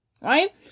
right